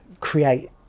create